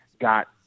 got